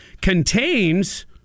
contains